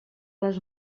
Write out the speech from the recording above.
les